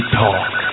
talk